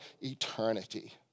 eternity